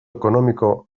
ekonomiko